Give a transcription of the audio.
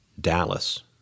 Dallas